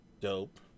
Dope